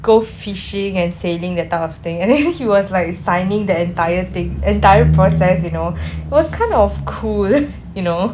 go fishing and sailing that type of thing and then he was like signing the entire thing entire process you know it was kind of cool you know